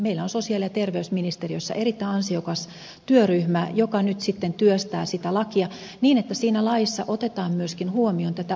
meillä on sosiaali ja terveysministeriössä erittäin ansiokas työryhmä joka nyt työstää sitä lakia niin että laissa otetaan myöskin huomioon tätä omaishoitajien asemaa